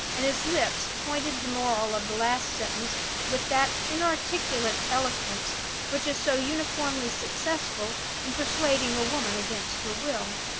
and his lips pointed the moral of the last sentence with that inarticulate eloquence which is so uniformly successful in persuading a woman against her will.